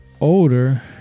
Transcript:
older